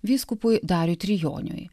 vyskupui dariui trijoniui